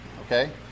Okay